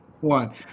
one